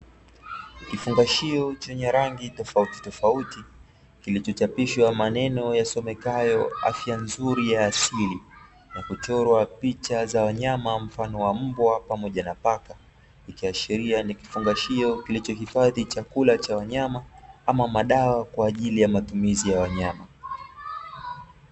Kifungashio chenye rangi tofautitofauti, kilichochapishwa maneno yasomekayo "afya nzuri ya asili" na kuchorwa picha za wanyama mfano wa mbwa pamoja na paka. Ikiashiria ni kifungashio kilichohifadhi chakula cha wanyama ama madawa kwa ajili ya matumizi ya wanyama.